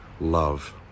love